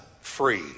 free